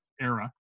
era